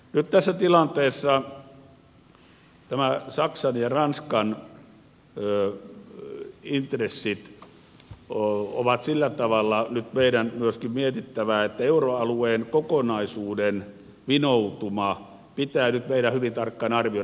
nyt tässä tilanteessa nämä saksan ja ranskan intressit on sillä tavalla nyt meidän myöskin mietittävä että euroalueen kokonaisuuden vinoutuma pitää nyt meidän hyvin tarkkaan arvioida